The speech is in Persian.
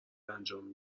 انجام